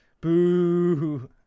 boo